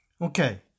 Okay